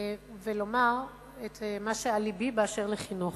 ולומר את מה שעל לבי באשר לחינוך.